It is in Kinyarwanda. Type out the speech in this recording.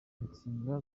insinga